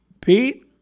Pete